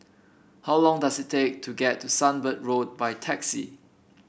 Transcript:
how long does it take to get to Sunbird Road by taxi